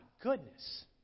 goodness